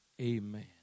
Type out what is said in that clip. Amen